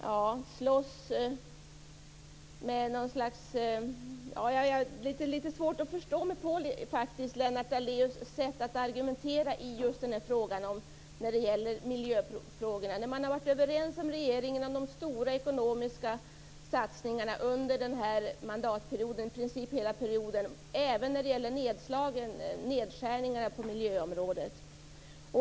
Jag har litet svårt att förstå mig på Lennart Daléus sätt att argumentera i just miljöfrågorna. Man har varit överens med regeringen om de stora ekonomiska satsningarna under i princip hela denna period - även när det gäller nedskärningarna på miljöområdet.